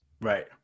Right